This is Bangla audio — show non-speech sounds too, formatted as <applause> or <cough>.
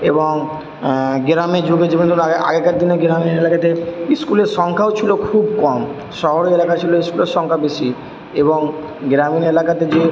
এবং গ্রামে যুগে <unintelligible> আগেকার দিনে গ্রামীণ এলাকাতে স্কুলের সংখ্যাও ছিলো খুব কম শহরের এলাকায় ছিলো স্কুলের সংখ্যা বেশি এবং গ্রামীণ এলাকাতে যে